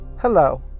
Hello